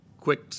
quick